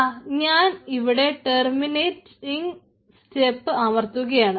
ദാ ഞാൻ ഇവിടെ ടെർമിനേറ്റിങ്ങ് അമർത്തുകയാണ്